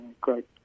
great